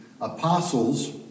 apostles